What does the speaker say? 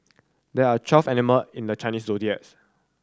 there are twelve animal in the Chinese zodiacs